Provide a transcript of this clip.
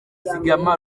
zigama